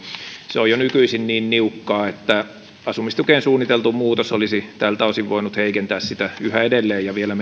se on jo nykyisin niin niukkaa että asumistukeen suunniteltu muutos olisi tältä osin voinut heikentää sitä yhä edelleen ja vielä